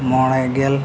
ᱢᱚᱬᱮᱜᱮᱞ